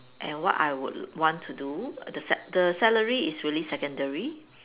and what I would l~ want to do the s~ the salary is really secondary